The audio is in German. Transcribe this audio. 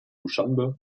duschanbe